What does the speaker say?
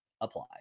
apply